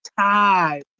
time